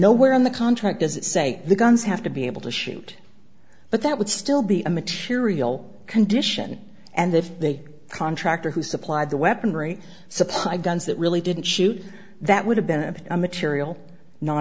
nowhere in the contract does it say the guns have to be able to shoot but that would still be a material condition and if they contractor who supplied the weaponry supplied guns that really didn't shoot that would have been a material n